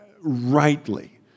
rightly